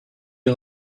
you